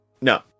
no